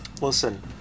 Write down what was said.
Listen